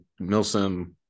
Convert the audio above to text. Milsim